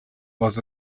was